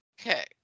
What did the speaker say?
Okay